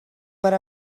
per